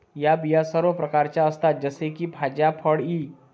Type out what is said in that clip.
या बिया सर्व प्रकारच्या असतात जसे की भाज्या, फळे इ